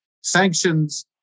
sanctions